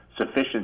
sufficient